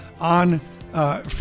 on